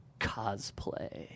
cosplay